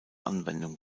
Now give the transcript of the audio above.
anwendung